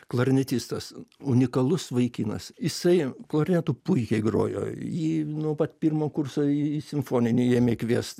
klarnetistas unikalus vaikinas jisai klarnetu puikiai grojo jį nuo pat pirmo kurso į simfoninį ėmė kviest